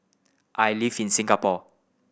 I live in Singapore